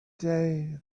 day